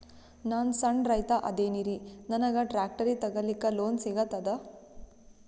ನಾನ್ ಸಣ್ ರೈತ ಅದೇನೀರಿ ನನಗ ಟ್ಟ್ರ್ಯಾಕ್ಟರಿ ತಗಲಿಕ ಲೋನ್ ಸಿಗತದ?